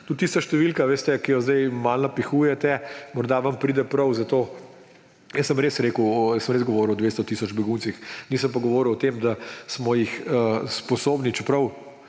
Tudi tista številka, veste, ki jo zdaj malo napihujete, morda vam pride prav. Res sem rekel, res sem govoril o 200 tisoč beguncih, nisem pa govoril o tem, da smo jih sposobni, čeprav